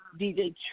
DJ